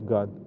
God